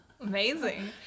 Amazing